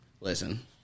listen